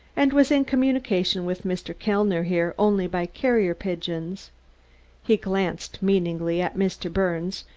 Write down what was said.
and was in communication with mr. kellner here only by carrier-pigeons. he glanced meaningly at mr. birnes,